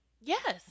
Yes